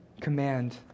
command